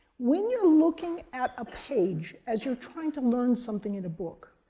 when you're looking at a page as you're trying to learn something in a book,